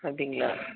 அப்படிங்களா